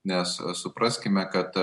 nes supraskime kad